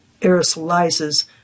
aerosolizes